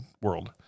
world